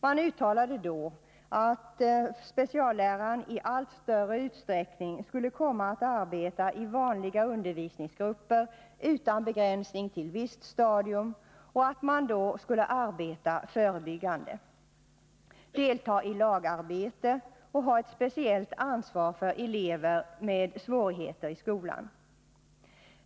Man uttalade att specialläraren i allt större utsträckning skulle komma att arbeta i vanliga undervisningsgrupper utan begränsning till visst stadium och att man då skulle arbeta förebyggande, delta i lagarbete och ha ett speciellt ansvar för elever med svårigheter i skolan.